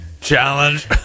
Challenge